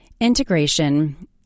Integration